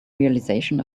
realization